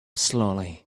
slowly